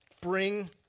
Bring